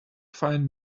find